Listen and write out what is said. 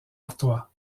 artois